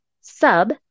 Sub